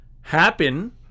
happen